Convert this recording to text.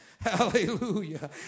Hallelujah